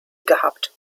gehabt